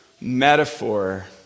metaphor